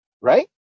Right